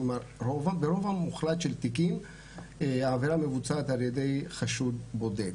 כלומר ברוב המוחלט של התיקים העבירה מבוצעת על ידי חשוד בודד.